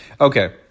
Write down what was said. okay